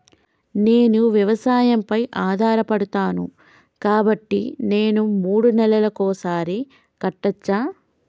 నేను వ్యవసాయం పై ఆధారపడతాను కాబట్టి నేను మూడు నెలలకు ఒక్కసారి కట్టచ్చా?